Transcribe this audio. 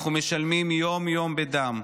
אנחנו משלמים יום-יום בדם,